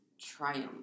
triumph